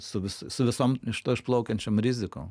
su vis su visom iš to išplaukiančiom rizikom